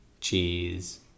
Cheese